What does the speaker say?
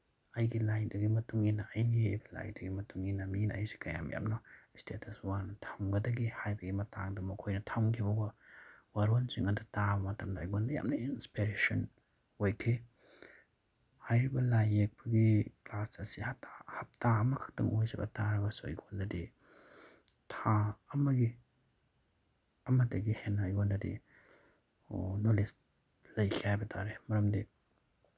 ꯑꯩꯒꯤ ꯂꯥꯏꯗꯨꯒꯤ ꯃꯇꯨꯡ ꯏꯟꯅ ꯑꯩꯅ ꯌꯦꯛꯏꯕ ꯂꯥꯏꯗꯨꯒꯤ ꯃꯇꯨꯡ ꯏꯟꯅ ꯃꯤꯅ ꯑꯩꯁꯦ ꯀꯌꯥꯝ ꯌꯥꯝꯅ ꯏꯁꯇꯦꯇꯁ ꯋꯥꯡꯅ ꯊꯝꯒꯗꯒꯦ ꯍꯥꯏꯕꯒꯤ ꯃꯇꯥꯡꯗ ꯃꯈꯣꯏꯅ ꯊꯝꯈꯤꯕ ꯋꯥꯔꯣꯜꯁꯤꯡ ꯑꯗꯨ ꯇꯥꯕ ꯃꯇꯝꯗ ꯑꯩꯉꯣꯟꯗ ꯌꯥꯝꯅ ꯏꯟꯁꯄꯦꯔꯦꯁꯟ ꯑꯣꯏꯈꯤ ꯍꯥꯏꯔꯤꯕ ꯂꯥꯏ ꯌꯦꯛꯄꯒꯤ ꯀ꯭ꯂꯥꯁ ꯑꯁꯤ ꯍꯞꯇꯥꯈꯛꯇꯪ ꯑꯣꯏꯖꯕ ꯇꯥꯔꯒꯁꯨ ꯑꯩꯉꯣꯟꯗꯗꯤ ꯊꯥ ꯑꯃꯒꯤ ꯑꯃꯗꯒꯤ ꯍꯦꯟꯅ ꯑꯩꯉꯣꯟꯗꯗꯤ ꯅꯣꯂꯦꯖ ꯂꯩꯈꯤ ꯍꯥꯏꯕ ꯇꯥꯔꯦ ꯃꯔꯝꯗꯤ